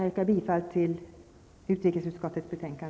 Jag yrkar bifall till utrikesutskottets hemställan.